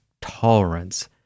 tolerance